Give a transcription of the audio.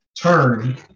turn